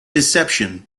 deception